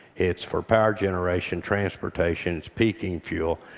it's for power generation, transportation, it's peaking fuel,